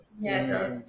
yes